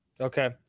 Okay